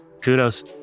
Kudos